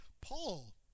Paul